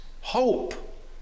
Hope